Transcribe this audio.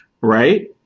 Right